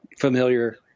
familiar